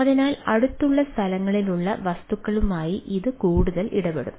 അതിനാൽ അടുത്തുള്ള സ്ഥലങ്ങളിലുള്ള വസ്തുക്കളുമായി ഇത് കൂടുതൽ ഇടപെടും